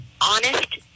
honest